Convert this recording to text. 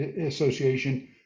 Association